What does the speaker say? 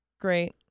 great